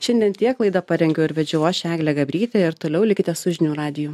šiandien tiek laidą parengiau ir vedžiau aš eglė gabrytė ir toliau likite su žinių radiju